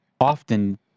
often